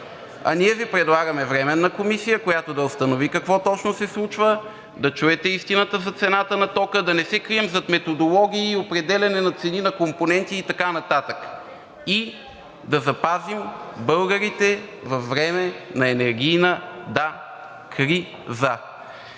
А ние Ви предлагаме Временна комисия, която да установи какво точно се случва, да чуете истината за цената на тока, да не се крием зад методологии и определяне на цени на компоненти и така нататък. И да запазим българите във време на енергийна – да, кри-за!